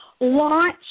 launch